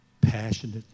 passionate